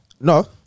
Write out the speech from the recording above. No